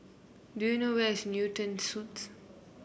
do you know where is Newton Suites